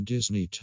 Disney